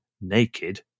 naked